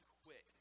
quit